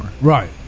Right